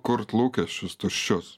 kurt lūkesčius tuščius